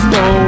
no